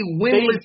winless